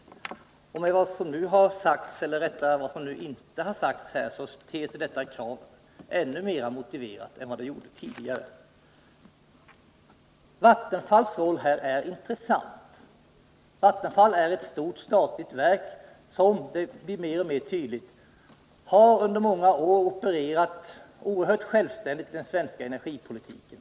Att döma av vad som nu har sagts eller rättare av vad som inte har sagts ter sig detta krav ännu mera motiverat än det gjorde tidigare. Vattenfalls roll här är intressant. Vattenfall är ett stort statligt verk som — det blir mer och mer tydligt — under många år opererat högst självständigt i den svenska energipolitiken.